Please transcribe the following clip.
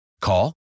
Call